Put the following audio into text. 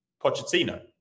Pochettino